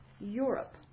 Europe